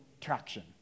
traction